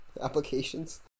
applications